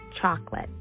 chocolate